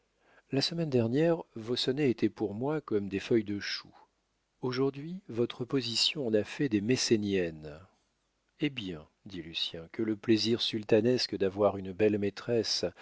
la semaine dernière vos sonnets étaient pour moi comme des feuilles de choux aujourd'hui votre position en a fait des messéniennes eh bien dit lucien que le plaisir sultanesque d'avoir une belle maîtresse